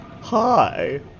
Hi